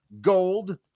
gold